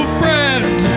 friend